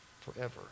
forever